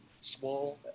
small